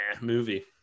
movie